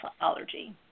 allergy